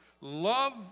Love